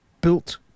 built